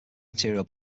material